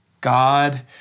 God